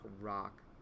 rock